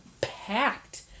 packed